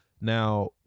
Now